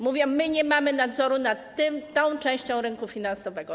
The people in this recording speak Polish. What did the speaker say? Mówili: my nie mamy nadzoru nad tą częścią rynku finansowego.